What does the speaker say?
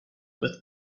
with